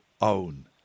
own